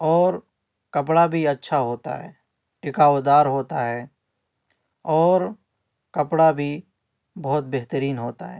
اور کپڑا بھی اچھا ہوتا ہے ٹکاؤ دار ہوتا ہے اور کپڑا بھی بہت بہترین ہوتا ہے